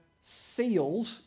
sealed